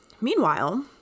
meanwhile